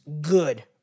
good